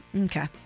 Okay